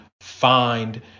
find